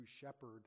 shepherd